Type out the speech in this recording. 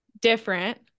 different